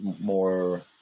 more